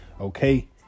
okay